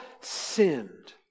sinned